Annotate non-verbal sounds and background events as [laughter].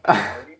[coughs]